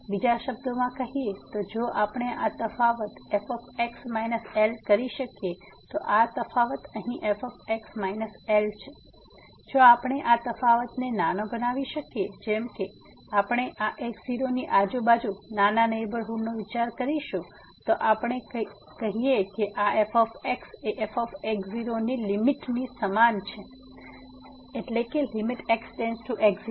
તેથી બીજા શબ્દોમાં કહીએ તો જો આપણે આ તફાવત f L કરી શકીએ તો આ તફાવત અહીં f L જો આપણે આ તફાવતને નાનો બનાવી શકીએ જેમ કે આપણે આ x0 ની આજુબાજુના નાના નેહબરહુડનો વિચાર કરીશું તો આપણે કહીએ કે આ f એ f ની લીમીટની સમાન છે x→x0fxL